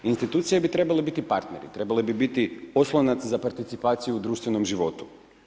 Institucije bi trebali biti partneri, trebale bi biti oslonac za participaciju u društvenom životu.